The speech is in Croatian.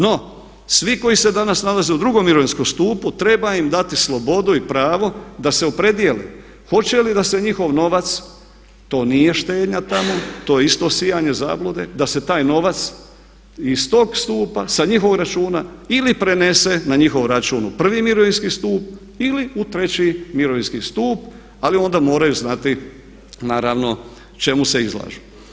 No svi koji se danas nalaze u drugom mirovinskom stupu, treba im dati slobodu i pravo da se opredijele hoće li da se njihov novac, to nije štednja tamo, to je isto sijanje zablude da se taj novac iz tog stupa sa njihovog računa ili prenese na njihov račun u prvi mirovinski stup ili u treći mirovinski stup ali onda moraju znati naravno čemu se izlažu.